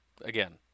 again